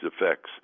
effects